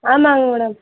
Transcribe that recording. ஆமாங்க மேடம்